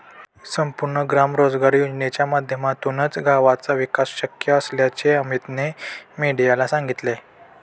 संपूर्ण ग्राम रोजगार योजनेच्या माध्यमातूनच गावाचा विकास शक्य असल्याचे अमीतने मीडियाला सांगितले